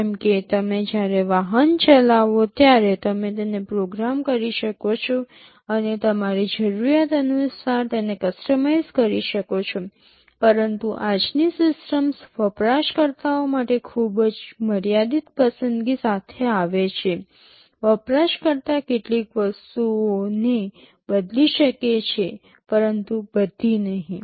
જેમ કે તમે જ્યારે વાહન ચલાવશો ત્યારે તમે તેને પ્રોગ્રામ કરી શકો છો અને તમારી જરૂરિયાત અનુસાર તેને કસ્ટમાઇઝ કરી શકો છો પરંતુ આજની સિસ્ટમ્સ વપરાશકર્તાઓ માટે ખૂબ જ મર્યાદિત પસંદગી સાથે આવે છે વપરાશકર્તા કેટલીક વસ્તુઓને બદલી શકે છે પરંતુ બધી નહીં